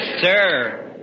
sir